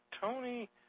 Tony